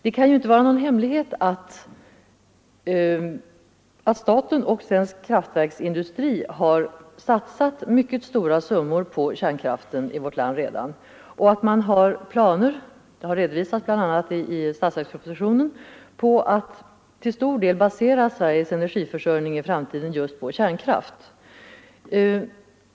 Det kan inte vara någon hemlighet att staten och svensk kraftindustri redan har satsat mycket stora summor på kärnkraften i vårt land och att man har planer — som redovisats bl.a. i statsverkspropositionen — på att i framtiden basera Sveriges energiförsörjning till stor del just på kärnkraft.